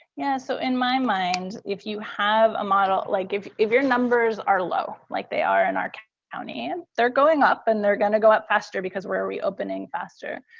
yeah. so in my mind, if you have a model, like if if your numbers are low like they are in our county, and they're going up and they're going to go up faster because we're reopening faster.